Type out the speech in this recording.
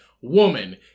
woman